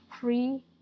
free